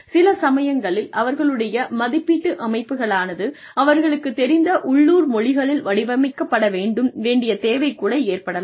சில சமயங்களில் அவர்களுடைய மதிப்பீட்டு அமைப்புகளானது அவர்களுக்குத் தெரிந்த உள்ளூர் மொழிகளில் வடிவமைக்கப்பட வேண்டிய தேவை கூட ஏற்படலாம்